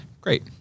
great